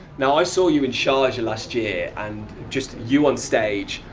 now i saw you in sharjah last year and just you on stage,